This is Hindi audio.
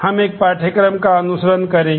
हम एक पाठ्यपुस्तक का अनुसरण करेंगे